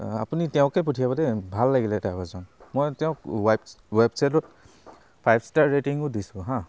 আপুনি তেওঁকে পঠিয়াব দেই ভাল লাগিলে ড্ৰাইভাৰজন মই তেওঁক ৱাইব ৱেবছাইটত ফাইভ ষ্টাৰ ৰেটিঙো দিছোঁ হাঁ